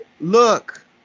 Look